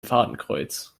fadenkreuz